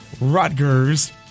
Rutgers